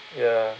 ya